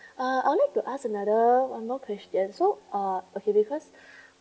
uh I would like to ask another one more question so uh okay because